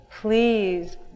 Please